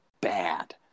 bad